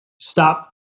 Stop